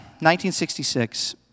1966